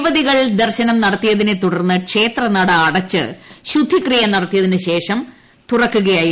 യുവതികൾ ദർശനം നടത്തിയതിനെ തുട്ർന്ന് ്ക്ഷേത്ര നട അടച്ച് ശുദ്ധിക്രിയ നടത്തിയശേഷം തുറക്കുക്യായിരുന്നു